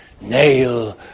nail